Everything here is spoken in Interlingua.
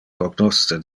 cognosce